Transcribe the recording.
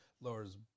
lowers